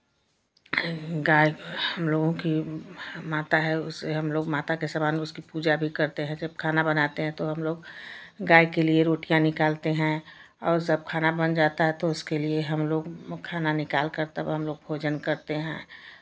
गाय हमलोगों की माता है उसे हमलोग माता के समान उसकी पूजा भी करते हैं जब खाना बनाते हैं तो हमलोग गाय के लिये रोटियाँ निकालते हैं और सब खाना बन जाता है तो उसके लिये हमलोग खाना निकाल कर तब हमलोग भोजन करते हैं